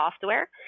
software